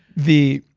the